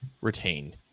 retain